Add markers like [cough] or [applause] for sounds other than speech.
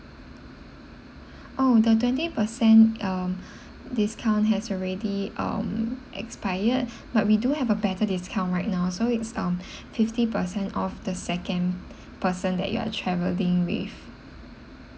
oh the twenty per cent um [breath] discount has already um expired but we do have a better discount right now so it's um [breath] fifty percent off the second person that you are traveling with